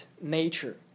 nature